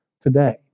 today